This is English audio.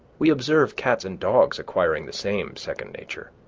we observe cats and dogs acquiring the same second nature.